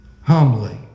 Humbly